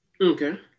Okay